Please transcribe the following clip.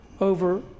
over